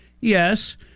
Yes